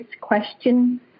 question